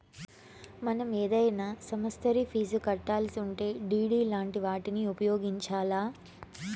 మనం ఏదైనా సమస్తరి ఫీజు కట్టాలిసుంటే డిడి లాంటి వాటిని ఉపయోగించాల్ల